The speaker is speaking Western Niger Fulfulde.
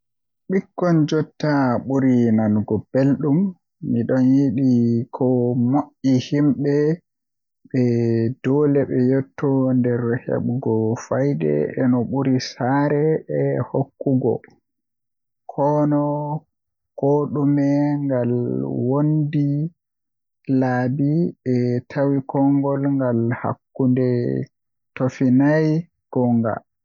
Ɓikkon jotta ɓuri nanugo belɗum Miɗo yiɗi ko moƴƴi yimɓe ɓe doole ɓe yetto nder heɓugol fayde e no ɓuri saare e hokkugo. Kono, ko dume ngal wondi laabi kadi, e tawii konngol ngal hakkunde tofinay goonga.